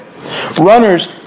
Runners